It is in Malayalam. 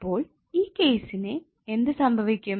അപ്പോൾ ഈ കേസിനെ എന്തു സംഭവിക്കും